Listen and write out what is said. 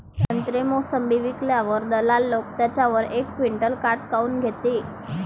संत्रे, मोसंबी विकल्यावर दलाल लोकं त्याच्यावर एक क्विंटल काट काऊन घेते?